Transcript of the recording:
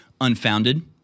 unfounded